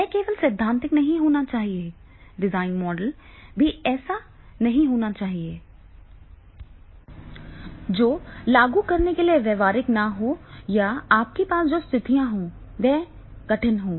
यह केवल सैद्धांतिक नहीं होना चाहिए डिज़ाइन मॉडल भी ऐसा नहीं होना चाहिए जो लागू करने के लिए व्यावहारिक न हो या आपके पास जो स्थितियाँ हों वे कठिन हों